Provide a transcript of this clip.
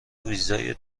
ویزای